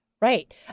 Right